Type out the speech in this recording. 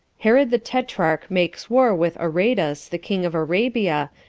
herod the tetrarch makes war with aretas, the king of arabia,